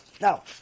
Now